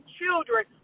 children